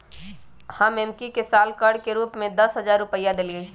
हम एम्की के साल कर के रूप में दस हज़ार रुपइया देलियइ